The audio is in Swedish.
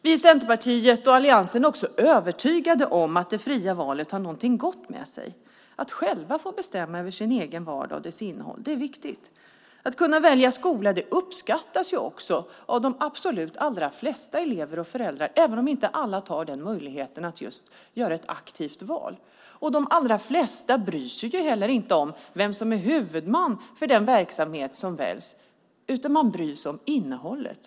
Vi i Centerpartiet och alliansen är övertygade om att det fria valet har någonting gott med sig. Det är viktigt att man själv får bestämma över sin egen vardag och dess innehåll. Att kunna välja skola uppskattas också av de absolut allra flesta elever och föräldrar även om inte alla tar möjligheten att göra ett aktivt val. De allra flesta bryr sig inte heller om vem som är huvudman för den verksamhet som väljs, utan man bryr sig om innehållet.